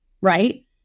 right